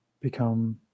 become